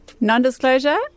Non-disclosure